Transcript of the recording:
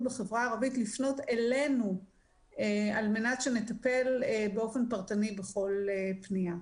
בחברה הערבית לפנות אלינו על מנת שנטפל באופן פרטני בכל פניה.